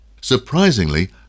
Surprisingly